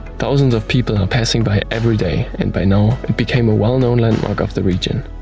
thousands of people are passing by every day and by now, it became a well-known landmark of the region.